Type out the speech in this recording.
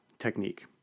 technique